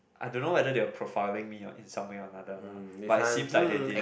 I don't know whether their profiling me or in some way or another lah but it seems like they did